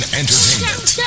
entertainment